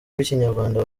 rw’ikinyarwanda